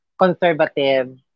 conservative